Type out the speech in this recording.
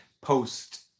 post